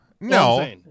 no